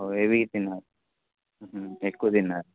ఓ heavy తిన్నారు ఎక్కువ తిన్నారు